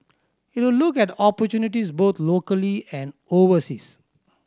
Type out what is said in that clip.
it will look at opportunities both locally and overseas